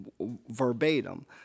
verbatim